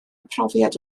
profiad